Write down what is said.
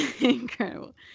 Incredible